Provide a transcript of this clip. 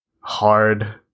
hard